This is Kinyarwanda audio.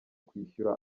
kwishyura